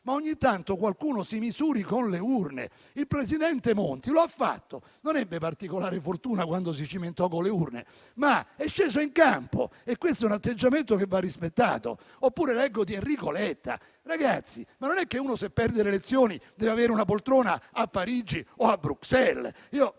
che ogni tanto qualcuno si misuri con le urne. Il presidente Monti lo ha fatto, non ebbe particolare fortuna quando si cimentò con le urne, ma è sceso in campo e questo è un atteggiamento che va rispettato. Oppure leggo di Enrico Letta, ma non è che se uno perde le elezioni, poi deve avere una poltrona a Parigi o a Bruxelles.